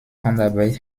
handarbeit